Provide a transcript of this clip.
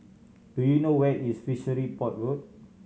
do you know where is Fishery Port Road